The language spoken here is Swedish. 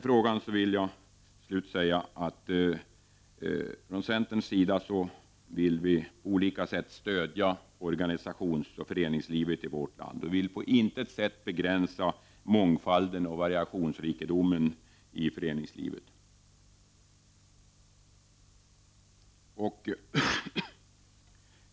Till slut vill jag framhålla att vi från centerns sida på olika sätt vill stödja organisationsoch föreningslivet i vårt land. Vi vill på intet sätt begränsa mångfalden och variationsrikedomen i föreningslivet.